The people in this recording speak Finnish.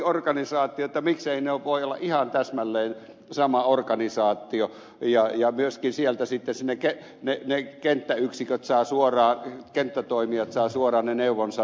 mikseivät ne voi olla ihan täsmälleen sama organisaatio ja myöskin sieltä sitten ne kenttäyksiköt kenttätoimijat saavat suoraan ne neuvonsa